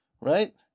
Right